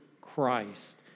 Christ